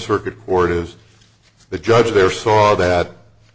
circuit court is the judge there saw that